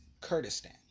Kurdistan